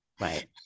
Right